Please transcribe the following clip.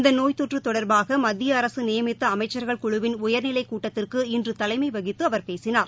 இந்த நோய்த்தொற்று தொடர்பாக மத்திய அரசு நியமித்த அமைச்சர்கள் குழுவின் உயர்நிலை கூட்டத்திற்கு இன்று தலைமை வகித்து அவர் பேசினார்